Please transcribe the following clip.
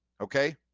okay